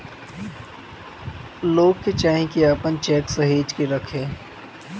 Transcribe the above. लोग के चाही की आपन चेक के सहेज के रखे